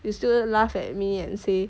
you still laugh at me and say